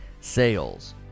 sales